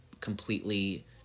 completely